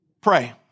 pray